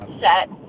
set